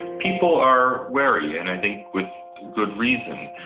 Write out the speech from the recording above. people are wary and i think with good reason.